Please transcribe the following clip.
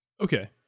Okay